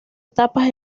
tapas